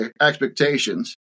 expectations